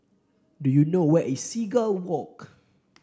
do you know where is Seagull Walk